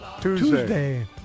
Tuesday